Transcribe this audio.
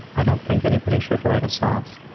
i don't think anybody should write us off.